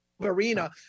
Arena